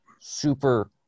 super